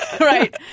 Right